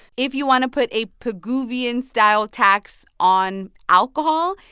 if you want to put a pigouvian-style tax on alcohol,